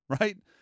right